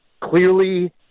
Clearly